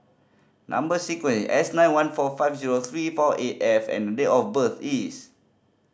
number sequence S nine one four five zero three four eight F and date of birth is